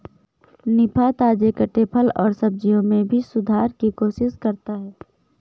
निफा, ताजे कटे फल और सब्जियों में भी सुधार की कोशिश करता है